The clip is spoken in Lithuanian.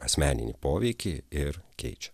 asmeninį poveikį ir keičia